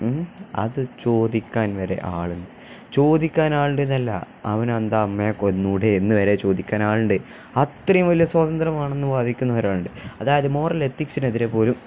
അതു ചോദിക്കാൻ വരെ ആളുണ്ട് ചോദിക്കാനാളുണ്ടെന്നല്ല അവന്റ അമ്മയെ കൊന്നുകൂടേ എന്നു വരെ ചോദിക്കാനാളുണ്ട് അത്രയും വലയ സ്വാതന്ത്ര്യമാണെന്നു വാദിക്കുന്നവരുണ്ട് അതായത് മോറൽ എത്തിക്സിനെതിരെ പോലും